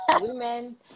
women